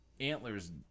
antlers